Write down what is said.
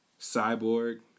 Cyborg